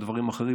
על דברים אחרים,